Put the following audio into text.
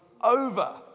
over